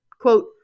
quote